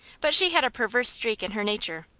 but she had a perverse streak in her nature.